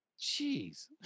Jeez